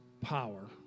power